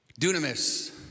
Dunamis